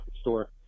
store